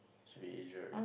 should be Asia